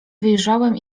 wyjrzałem